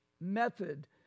method